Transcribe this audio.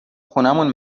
خونمون